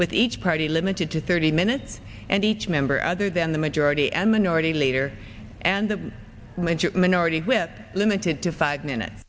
with each party limited to thirty minutes and each member other than the majority and minority leader and the minority whip limited to five minutes